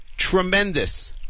tremendous